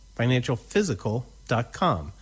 financialphysical.com